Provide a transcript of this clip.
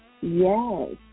Yes